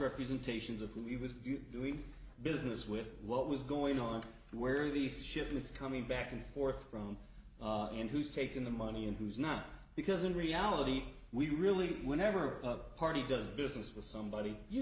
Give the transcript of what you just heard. representations of who we was we business with what was going on where these shipments coming back and forth from and who's taken the money and who's not because in reality we really whenever a party does business with somebody you